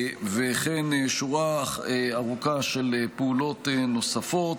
וכן שורה ארוכה של פעולות נוספות,